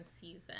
season